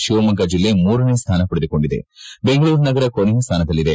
ಶಿವಮೊಗ್ಗ ಜಿಲ್ಲೆ ಮೂರನೇ ಸ್ವಾನ ಪಡೆದುಕೊಂಡಿದೆ ಬೆಂಗಳೂರು ನಗರ ಕೊನೆಯ ಸ್ವಾನದಲ್ಲಿದೆ